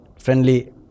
friendly